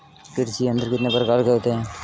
कृषि यंत्र कितने प्रकार के होते हैं?